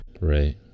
Right